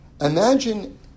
imagine